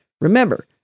Remember